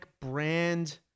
brand